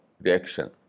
reaction